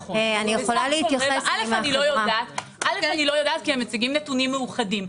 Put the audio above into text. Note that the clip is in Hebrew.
אל"ף, אני לא יודעת כי הם מציגים נתונים מאוחדים.